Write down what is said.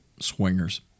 Swingers